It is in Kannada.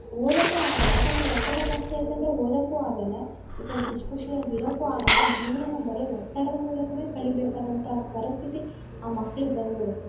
ಓದೋಕ್ಕೂ ಆಗೋಲ್ಲ ಯಾಕೆಂದ್ರೆ ಒತ್ತಡ ಜಾಸ್ತಿ ಆಯ್ತು ಅಂದ್ರೆ ಓದೋಕ್ಕೂ ಆಗೋಲ್ಲ ಈ ಕಡೆ ಖುಷಿ ಖುಷಿಯಾಗಿ ಇರೊಕ್ಕೂ ಆಗೋಲ್ಲ ಜೀವನನ ಬರೇ ಒತ್ತಡದ ಮೂಲಕ್ವೇ ಕಳಿಬೇಕಾದಂಥ ಪರಿಸ್ಥಿತಿ ಆ ಮಕ್ಳಿಗೆ ಬಂದ್ಬಿಡುತ್ತೆ